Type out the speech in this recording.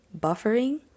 buffering